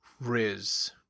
Riz